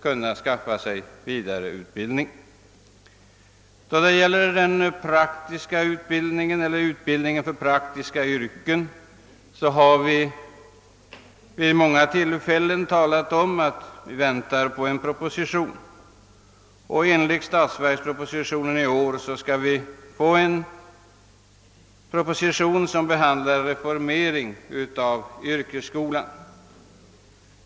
Då det gäller utbildningen för praktiska yrken har det vid många tillfällen nämnts att vi väntar på en proposition. Enligt årets statsverksproposition kommer vi också att få oss förelagd en proposition om reformering av yrkesskolan.